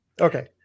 Okay